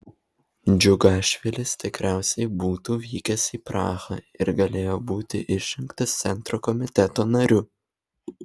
džiugašvilis tikriausiai būtų vykęs į prahą ir galėjo būti išrinktas centro komiteto nariu